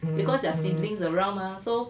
because there are siblings around mah so